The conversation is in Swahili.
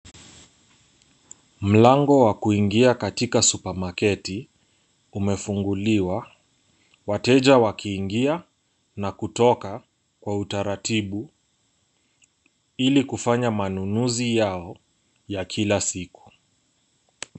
Mlango wa kuingia katika supamaketi umefunguliwa , wateja wakiingia na kutoka kwa utaratibu ili kufanya manunuzi yao ya kila siku.